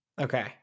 Okay